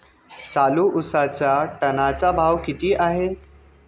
चालू उसाचा टनाचा भाव किती आहे?